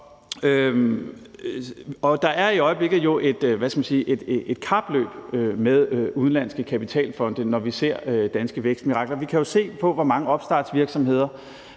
Der er jo i øjeblikket et kapløb med udenlandske kapitalfonde i forbindelse med danske vækstmirakler. Vi kan jo se på, hvor mange opstartsvirksomheder